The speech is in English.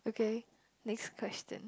okay next question